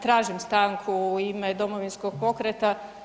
Tražim stanku u ime Domovinskog pokreta.